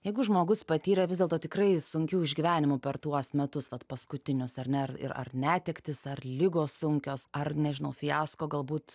jeigu žmogus patyrė vis dėlto tikrai sunkių išgyvenimų per tuos metus vat paskutinius ar ne ar ir ar netektis ar ligos sunkios ar nežinau fiasko galbūt